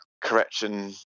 correction